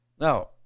now